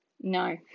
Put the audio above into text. no